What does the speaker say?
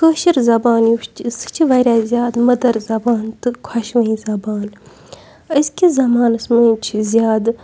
کٲشِر زَبان یُس چھِ سُہ چھِ واریاہ زیادٕ مٔدٕر زَبان تہٕ خۄشوٕنۍ زَبان أزۍ کِس زَمانَس منٛز چھِ زیادٕ